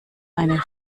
eine